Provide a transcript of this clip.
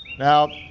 now,